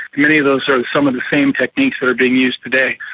many of those are some of the same techniques that are being used today.